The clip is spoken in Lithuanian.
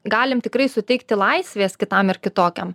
galim tikrai suteikti laisvės kitam ir kitokiam